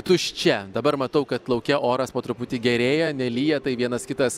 tuščia dabar matau kad lauke oras po truputį gerėja nelyja tai vienas kitas